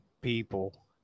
people